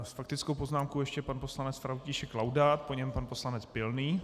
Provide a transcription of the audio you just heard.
S faktickou poznámkou ještě pan poslanec František Laudát, po něm pan poslanec Pilný.